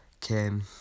came